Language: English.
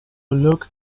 look